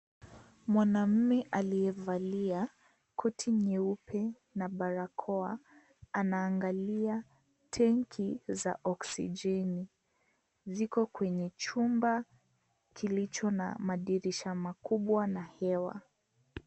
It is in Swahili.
Mwanaume aliyevalia koti nyeupe na barakoa anaangalia tanki za oksijeni. Ziko kwenye chumba kilicho na madirisha makubwa na hewa.